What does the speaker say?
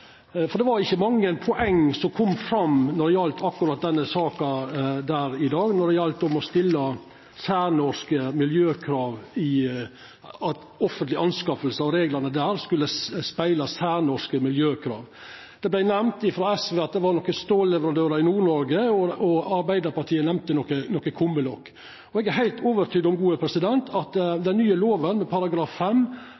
oversendingsforslag. Det var ikkje mange poeng som kom fram når det gjaldt akkurat den saka i dag, om at reglane for offentlege innkjøp skulle spegla særnorske miljøkrav. Det vart nemnt frå SV at det var nokre stålleverandørar i Nord-Noreg, og Arbeidarpartiet nemnde nokre kumlokk. Eg er heilt overtydd om at